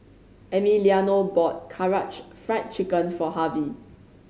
Emiliano bought Karaage Fried Chicken for Harvy